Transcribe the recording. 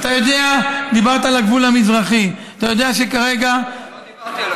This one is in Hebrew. דיברת על הגבול המזרחי, אתה יודע שכרגע, לא.